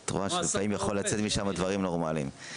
את רואה, לפעמים יכולים לצאת משם דברים נורמליים.